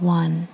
one